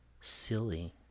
Silly